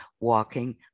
walking